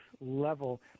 level